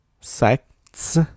sex